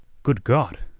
good gawd!